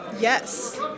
Yes